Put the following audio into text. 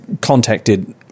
contacted